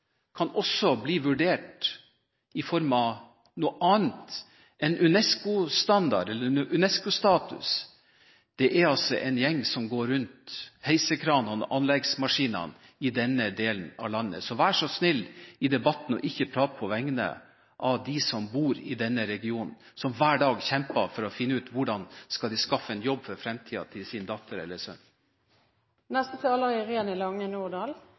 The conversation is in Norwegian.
også kan bli vurdert i form av noe annet enn UNESCO-status, altså er en gjeng som går rundt heisekranene og anleggsmaskinene i denne delen av landet. Så vær så snill i debatten ikke å prate på vegne av dem som bor i denne regionen, som hver dag kjemper for å finne ut hvordan de skal skaffe en jobb for fremtiden til sin datter eller sønn. Debatten om oljeaktivitet utenfor Lofoten, Vesterålen og Senja skaper et stort engasjement. Dette gjelder både de som er